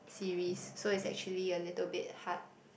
series so it's actually a little bit hard